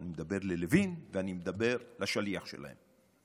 אני מדבר ללוין ואני מדבר לשליח שלהם,